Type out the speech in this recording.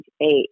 eight